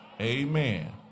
amen